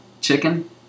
chicken